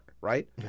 right